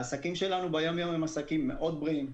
העסקים שלנו ביום-יום הם עסקים מאוד בריאים,